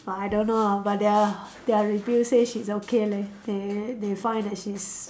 but I don't know ah but their their review says she's okay leh they they find that she's